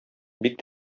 бик